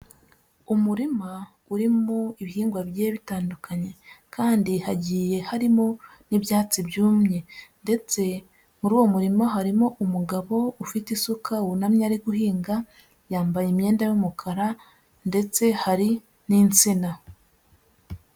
Umurima urimo ibihingwa bigiye bitandukanye, kandi hagiye harimo n'ibyatsi byumye, ndetse muri uwo murima harimo umugabo ufite isuka wunamye ari guhinga, yambaye imyenda y'umukara ndetse hari n'insina.